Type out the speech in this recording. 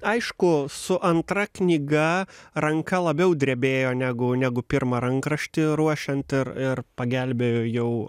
aišku su antra knyga ranka labiau drebėjo negu negu pirmą rankraštį ruošiant ir ir pagelbėjo jau